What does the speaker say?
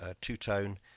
two-tone